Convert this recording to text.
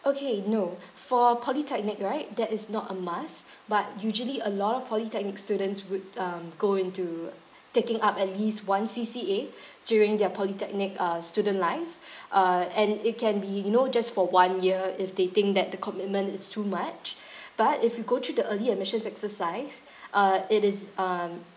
okay no for polytechnic right that is not a must but usually a lot of polytechnic students would um go into taking up at least one C_C_A during their polytechnic uh student life uh and it can be you know just for one year if they think that the commitment is too much but if you go through the early admissions exercise uh it is um